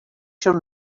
your